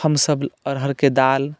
हमसभ अरहरके दालि